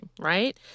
right